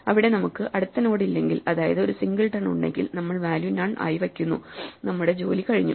അവിടെ നമുക്ക് അടുത്ത നോഡ് ഇല്ലെങ്കിൽ അതായതു ഒരു സിംഗിൾട്ടൻ ഉണ്ടെങ്കിൽ നമ്മൾ വാല്യൂ നൺ ആയി വക്കുന്നു നമ്മുടെ ജോലി കഴിഞ്ഞു